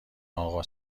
اقا